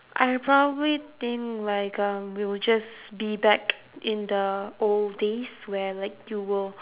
I probably think like um we'll just be back in the old days where like you will